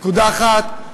נקודה אחת,